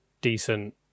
decent